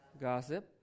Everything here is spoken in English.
gossip